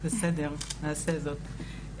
בסדר גמור, נעשה זאת.